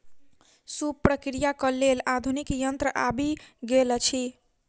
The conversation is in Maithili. सूप प्रक्रियाक लेल आधुनिक यंत्र आबि गेल अछि